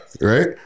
Right